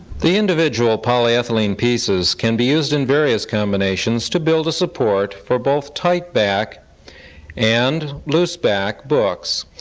the individual polyethylene pieces can be used in various combinations to build a support for both tight-back and loose-back books,